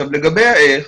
לגבי האיך,